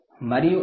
5 మరియు అది 0